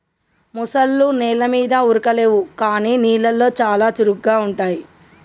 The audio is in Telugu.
ముసల్లో నెల మీద ఉరకలేవు కానీ నీళ్లలో చాలా చురుగ్గా ఉంటాయి